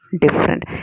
different